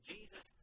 Jesus